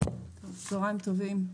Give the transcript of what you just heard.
צוהריים טובים,